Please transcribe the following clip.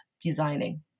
designing